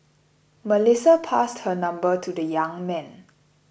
Melissa passed her number to the young man